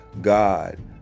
God